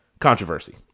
controversy